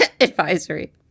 Advisory